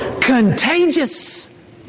contagious